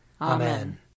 Amen